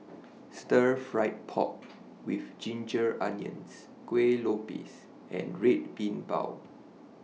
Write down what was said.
Stir Fried Pork with Ginger Onions Kueh Lopes and Red Bean Bao